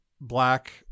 black